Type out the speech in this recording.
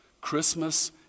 Christmas